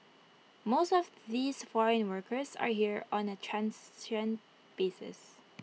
most of these foreign workers are here on A transient basis